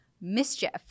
mischief